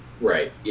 right